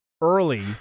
early